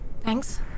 Thanks